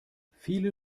viele